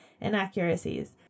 inaccuracies